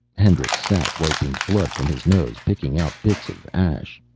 hendricks sat, wiping blood from his nose, picking out bits of ash.